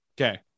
Okay